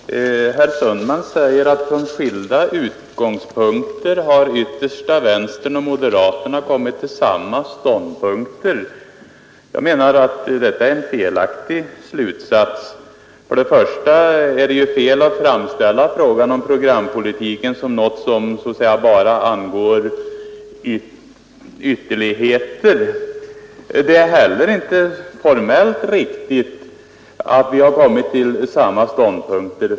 Nr 131 Herr talman! Herr Sundman säger att från skilda utgångspunkter har Tisdagen den yttersta vänstern och moderaterna kommit till samma ståndpunkt. Detta 5 december 1972 är en felaktig slutsats. Det är till att börja med fel att framställa frågan om programpolitiken såsom något som bara angår ytterligheter. Det är heller inte formellt riktigt att vi har kommit till samma ståndpunkter.